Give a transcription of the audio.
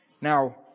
Now